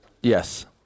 yes